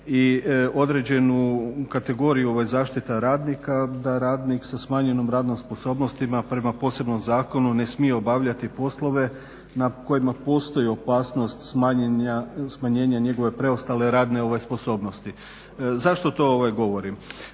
i određenu kategoriju zaštite radnika da radnik sa smanjenom radnom sposobnošću prema posebnom zakonu ne smije obavljati poslove na kojima postoji opasnost smanjenja njegove preostale radne sposobnosti. Zašto to govorim?